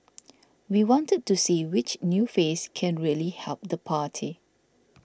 we wanted to see which new face can really help the party